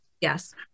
Yes